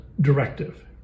Directive